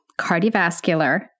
cardiovascular